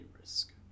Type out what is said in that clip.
risk